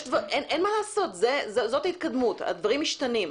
אין מה לעשות, זאת ההתקדמות, הדברים משתנים.